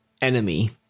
enemy